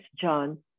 John